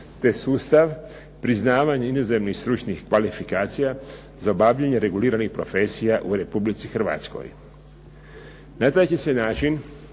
te sustav priznavanja inozemnih stručnih kvalifikacija za obavljanje reguliranih profesija u Republici Hrvatskoj. Na dva će se načina